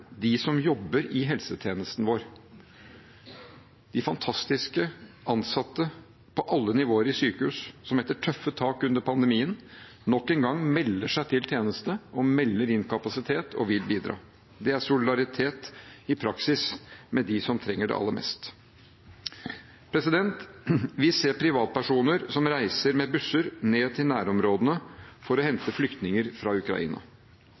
som jobber i helsetjenesten vår, de fantastiske ansatte på alle nivåer i sykehus som etter tøffe tak under pandemien nok en gang melder seg til tjeneste, melder inn kapasitet, og vil bidra. Det er solidaritet i praksis med dem som trenger det aller mest. Vi ser privatpersoner som reiser med busser ned til nærområdene for å hente flyktninger fra Ukraina.